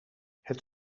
het